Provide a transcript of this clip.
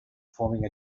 forming